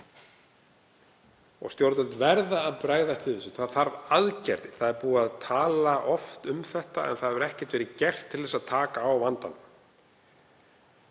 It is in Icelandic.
Stjórnvöld verða að bregðast við þessu. Það þarf aðgerðir. Það er búið að tala oft um þetta en það hefur ekkert verið gert til þess að taka á vandanum.